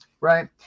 right